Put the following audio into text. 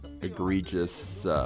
egregious